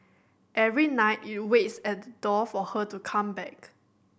every night it waits at the door for her to come back